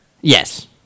Yes